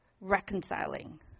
reconciling